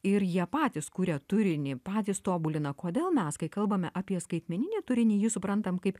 ir jie patys kuria turinį patys tobulina kodėl mes kai kalbame apie skaitmeninį turinį jį suprantam kaip